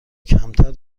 کمتر